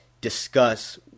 discuss